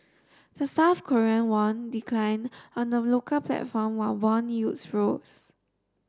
the South Korean won declined on them local platform while bond yields rose